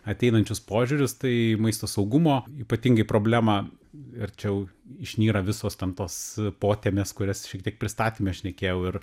ateinančius požiūrius tai maisto saugumo ypatingai problema ir čia jau išnyra visos ten tos potemės kurias šiek tiek pristatyme šnekėjau ir